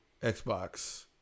xbox